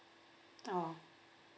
oh